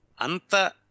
Anta